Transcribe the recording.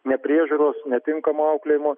nepriežiūros netinkamo auklėjimo